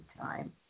time